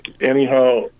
Anyhow